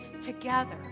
together